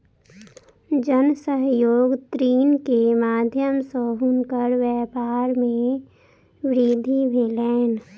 जन सहयोग ऋण के माध्यम सॅ हुनकर व्यापार मे वृद्धि भेलैन